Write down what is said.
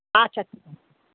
আচ্ছা ঠিক আছে